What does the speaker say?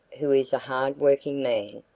who is a hard working man,